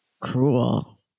cruel